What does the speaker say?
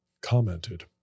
commented